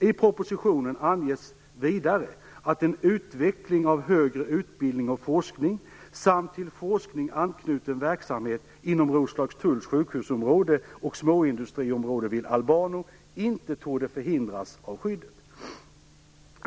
I propositionen anges vidare att en utveckling av högre utbildning och forskning samt till forskning anknuten verksamhet inom Roslagstulls sjukhusområde och småindustriområdet vid Albano inte torde förhindras av skyddet.